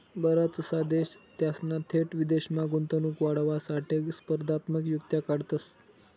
बराचसा देश त्यासना थेट विदेशमा गुंतवणूक वाढावासाठे स्पर्धात्मक युक्त्या काढतंस